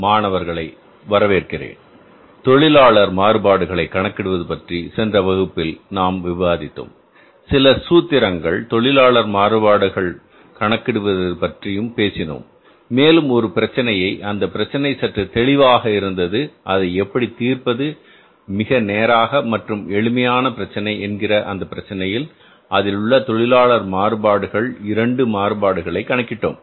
மாணவர்களை வரவேற்கிறேன் தொழிலாளர் மாறுபாடுகளை கணக்கிடுவது பற்றி சென்ற வகுப்பில் நாம் விவாதித்தோம் சில சூத்திரங்கள் தொழிலாளர் மாறுபாடுகள் கணக்கிடுவதற்கு பற்றியும் பேசினோம் மேலும் ஒரு பிரச்சினையை அந்த பிரச்சனை சற்று தெளிவாக இருந்தது அதை எப்படி தீர்ப்பது மிக நேராக மற்றும் எளிமையான பிரச்சனை என்கிற அந்த பிரச்சனையில் அதிலுள்ள தொழிலாளர் மாறுபாடுகள்இல் 2 மாறுபாடுகளை கணக்கிடடோம்